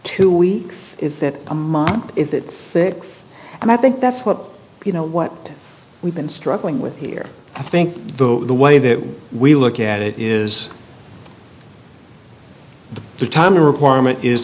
two weeks is that a month if it's six and i think that's what you know what we've been struggling with here i think the way that we look at it is the time requirement is